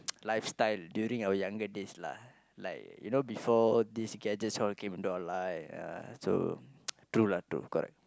lifestyle during our younger days lah like you know before all these gadgets all came into our life ah so true lah true correct